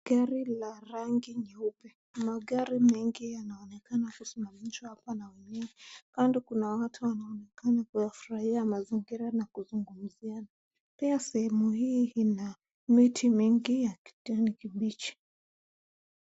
Gari la rangi nyeupe. Magari mengi yanaonekana kusimamishwa hapa na wenyewe. kando kuna watu wanaonekana kuyafurahia mazingira na kuzungumzia, pia sehemu hii ina miti mingi ya kijani kibichi.